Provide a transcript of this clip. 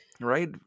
Right